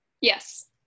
yes